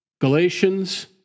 Galatians